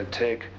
take